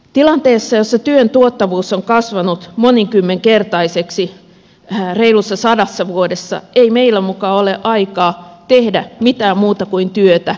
tilanteessa jossa työn tuottavuus on kasvanut monikymmenkertaiseksi reilussa sadassa vuodessa ei meillä muka ole aikaa tehdä mitään muuta kuin työtä